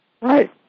Right